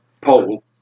Poll